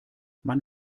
man